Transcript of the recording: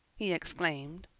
he exclaimed.